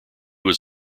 was